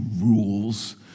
rules